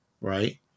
Right